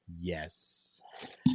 Yes